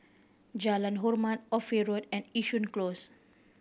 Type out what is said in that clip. Jalan Hormat Ophir Road and Yishun Close